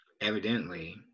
Evidently